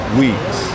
weeks